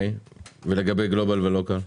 ולגבי גלובאל ו-local?